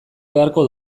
beharko